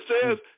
says